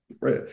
Right